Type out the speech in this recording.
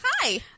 Hi